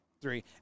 three